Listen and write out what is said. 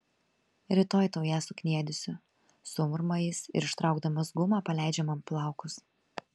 rytoj tau ją sukniedysiu sumurma jis ir ištraukdamas gumą paleidžia man plaukus